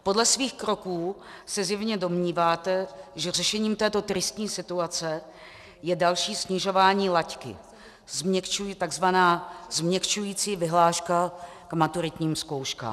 Podle svých kroků se zjevně domníváte, že řešením této tristní situace je další snižování laťky, tzv. změkčující vyhláška k maturitním zkouškám.